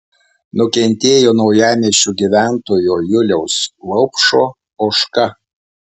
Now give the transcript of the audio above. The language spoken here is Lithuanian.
nukentėjo naujamiesčio gyventojo juliaus vaupšo ožka